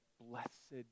blessed